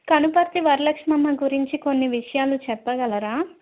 కనుపర్తి వరలక్ష్మమ్మ గురించి కొన్ని విషయాలు చెప్పగలరా